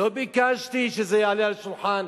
לא ביקשתי שזה יעלה על השולחן,